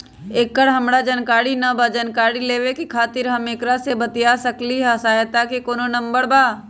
एकर हमरा जानकारी न बा जानकारी लेवे के खातिर हम केकरा से बातिया सकली ह सहायता के कोनो नंबर बा?